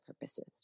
purposes